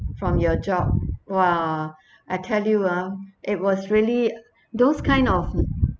from your job !wah! I tell you uh it was really those kind of